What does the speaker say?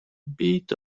bit